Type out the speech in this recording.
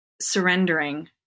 surrendering